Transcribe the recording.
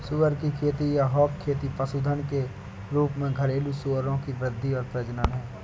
सुअर की खेती या हॉग खेती पशुधन के रूप में घरेलू सूअरों की वृद्धि और प्रजनन है